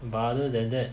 but other than that